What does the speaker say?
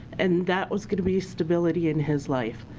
and that was going to be stability in his life.